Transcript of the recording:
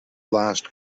last